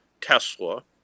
Tesla